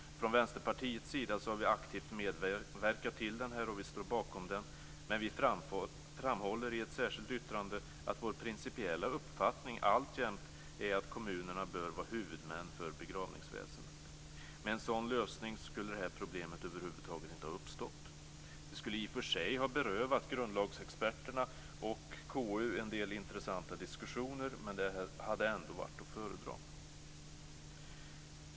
Från Vänsterpartiets sida har vi aktivt medverkat till den, och vi står bakom den. Men vi framhåller i ett särskilt yttrande att vår principiella uppfattning alltjämt är att kommunerna bör vara huvudmän för begravningsväsendet. Med en sådan lösning skulle det här problemet över huvud taget inte ha uppstått. Det skulle i och för sig berövat grundlagsexperterna och KU en del intressanta diskussioner, men det hade ändå varit att föredra.